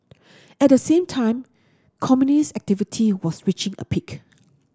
at same time communist activity was reaching a peak